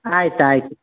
ಆಯ್ತು ಆಯಿತು